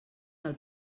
del